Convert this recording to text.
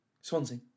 Swansea